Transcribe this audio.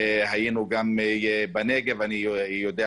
היינו למשל במג'דל כרום ונכון שזה ליד כרמיאל אבל